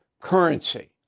currency